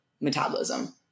metabolism